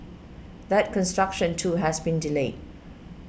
that construction too has been delayed